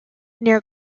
near